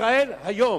"ישראל היום",